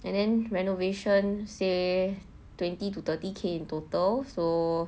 and then renovation say twenty to thirty K in total so